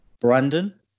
Brandon